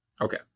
okay